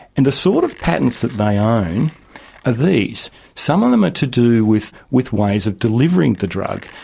and the sort of patents that they ah own are these some of them are to do with with ways of delivering the drug.